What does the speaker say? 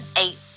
eight